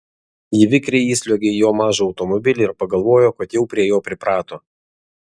ji vikriai įsliuogė į jo mažą automobilį ir pagalvojo kad jau prie jo priprato